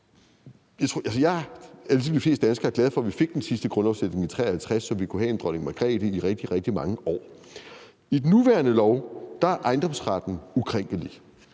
danskere glad for, at vi fik den sidste grundlovsændring i 1953, så vi kunne have dronning Margrethe i rigtig, rigtig mange år. I den nuværende lov er ejendomsretten ukrænkelig.